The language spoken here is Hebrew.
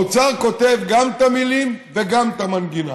האוצר כותב גם את המילים וגם את המנגינה.